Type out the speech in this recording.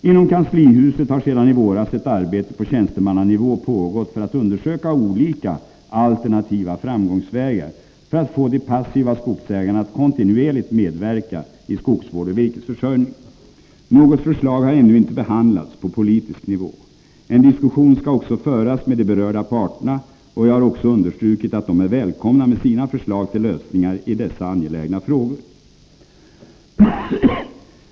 Inom kanslihuset har sedan i våras ett arbete på tjänstemannanivå pågått för att undersöka olika alternativa framgångsvägar för att få de passiva skogsägarna att kontinuerligt medverka i skogsvård och virkesförsörjning. Något förslag har ännu inte behandlats på politisk nivå. En diskussion skall också föras med de berörda parterna, och jag har understrukit att de är välkomna med sina förslag till lösningar i dessa angelägna frågor.